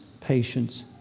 patience